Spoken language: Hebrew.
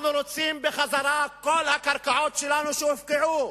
אנחנו רוצים בחזרה את כל הקרקעות שלנו שהופקעו.